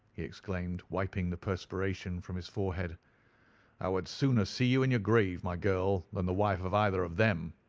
he exclaimed, wiping the perspiration from his forehead i would sooner see you in your grave, my girl, than the wife of either of them.